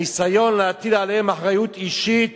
הניסיון להטיל עליהם אחריות אישית